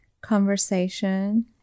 conversation